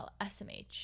SMH